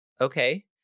Okay